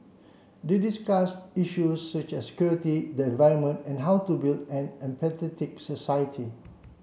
they discussed issues such as security the environment and how to build an empathetic society